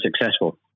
successful